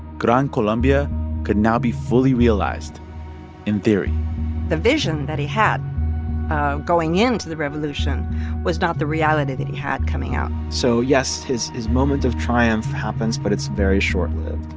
gran colombia could now be fully realized in theory the vision that he had going into the revolution was not the reality that he had coming out so yes, his his moment of triumph happens, but it's very short-lived